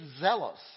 zealous